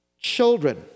Children